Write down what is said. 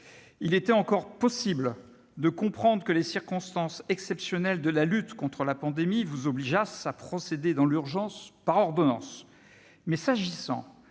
Il était encore possible de comprendre que les circonstances exceptionnelles de la lutte contre la pandémie vous obligeassent, monsieur le ministre, à procéder dans l'urgence, par ordonnance.